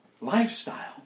lifestyle